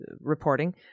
reporting